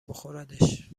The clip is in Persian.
بخوردش